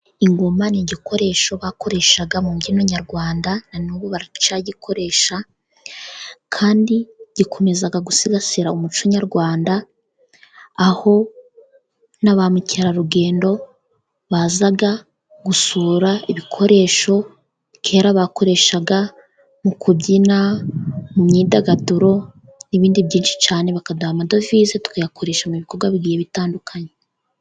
Ingoma ni igikoresho bakoreshaga mu mbyino nyarwanda. Na n'ubu baracyagikoresha kandi gikomeza gusigasira umuco nyarwanda. Aho na ba mukerarugendo baza gusura ibikoresho kera bakoreshaga mu kubyina, mu myidagaduro n'ibindi byinshi cyane, bakaduha amadovize. Tukayakoresha mu bikorwa bigiye bitandukanye.